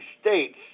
states